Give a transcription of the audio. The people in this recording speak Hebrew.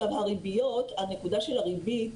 הנקודה של הריבית,